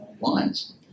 Lines